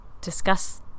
discuss